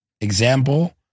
example